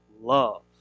love